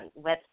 website